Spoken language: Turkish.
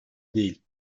değil